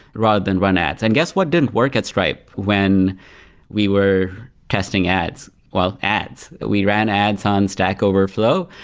rather than run ads and guess what didn't work at stripe when we were testing ads, well ads. we ran ads on stack overflow.